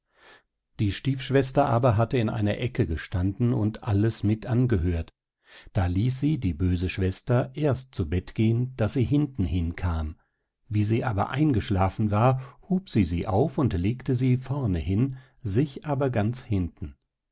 die stiefschwester aber hatte in einer ecke gestanden und alles mit angehört da ließ sie die böse schwester erst zu bett gehen daß sie hinten hin kam wie sie aber eingeschlafen war hub sie sie auf und legte sie vorne hin sich aber ganz hinten